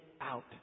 out